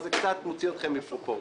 זה קצת הוציא אתכם מפרופורציות.